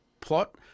plot